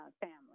family